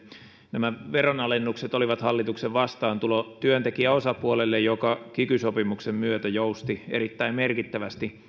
nämä veronalennukset olivat hallituksen vastaantulo työntekijäosapuolelle joka kiky sopimuksen myötä jousti erittäin merkittävästi